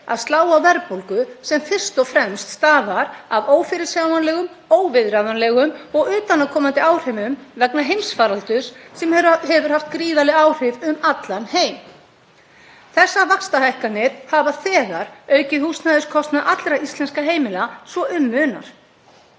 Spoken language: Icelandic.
að slá á verðbólgu sem fyrst og fremst stafar af ófyrirsjáanlegum, óviðráðanlegum og utanaðkomandi áhrifum vegna heimsfaraldurs sem hefur haft gríðarleg áhrif um allan heim? Þessar vaxtahækkanir hafa þegar aukið húsnæðiskostnað allra íslenskra heimila svo um munar.